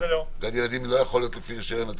גן ילדים לא יכול להיות לפי רישיון יותר